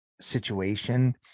situation